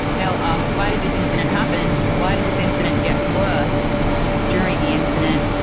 they'll ask why did this incident happen? why did this incident get worse during the incident?